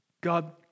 God